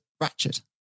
Ratchet